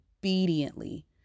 obediently